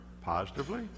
positively